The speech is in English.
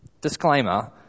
Disclaimer